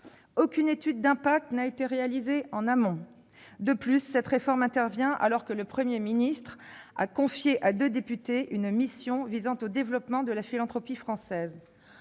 Aucune étude d'impact n'a été réalisée en amont. De plus, cette réforme intervient alors que le Premier ministre a confié à deux députées une mission visant au développement de la philanthropie française.